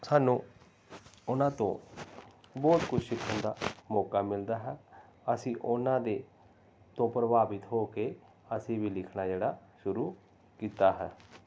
ਸਾਨੂੰ ਉਹਨਾਂ ਤੋਂ ਬਹੁਤ ਕੁਛ ਸਿੱਖਣ ਦਾ ਮੌਕਾ ਮਿਲਦਾ ਹੈ ਅਸੀਂ ਉਹਨਾਂ ਦੇ ਤੋਂ ਪ੍ਰਭਾਵਿਤ ਹੋ ਕੇ ਅਸੀਂ ਵੀ ਲਿਖਣਾ ਜਿਹੜਾ ਸ਼ੁਰੂ ਕੀਤਾ ਹੈ